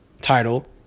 title